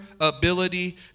ability